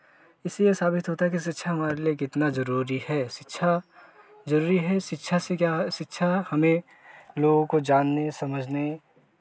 इससे यह साबित होता है कि शिक्षा हमारे लिए कितना ज़रूरी है शिक्षा ज़रूरी है शिक्षा से क्या है शिक्षा हमें लोगों को जानने समझने